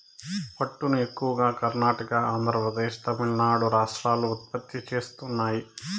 పట్టును ఎక్కువగా కర్ణాటక, ఆంద్రప్రదేశ్, తమిళనాడు రాష్ట్రాలు ఉత్పత్తి చేస్తున్నాయి